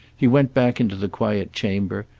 he went back into the quiet chamber,